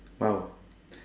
!wow!